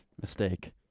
mistake